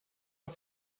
auf